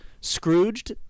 Scrooged